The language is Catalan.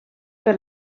per